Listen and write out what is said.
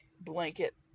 blanket